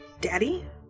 Daddy